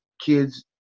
kids